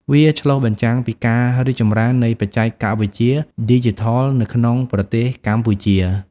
វាឆ្លុះបញ្ចាំងពីការរីកចម្រើននៃបច្ចេកវិទ្យាឌីជីថលនៅក្នុងប្រទេសកម្ពុជា។